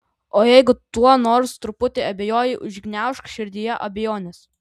o jeigu tuo nors truputį abejoji užgniaužk širdyje abejones